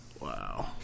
Wow